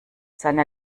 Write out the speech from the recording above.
seiner